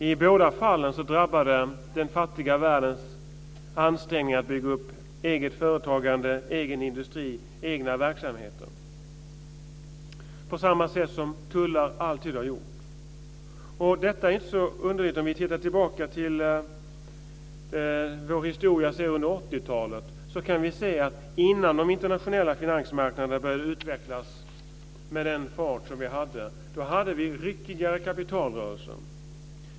I båda fallen drabbar det den fattiga världens ansträngningar att bygga upp eget företagande, egen industri och egna verksamheter på samma sätt som tullar alltid har gjort. Detta är inte så underligt. Om vi ser tillbaka på vår historia och 80-talet kan vi se att vi hade ryckigare kapitalrörelser innan de internationella finansmarknaderna började utvecklas med den fart som de gjorde.